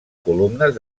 columnes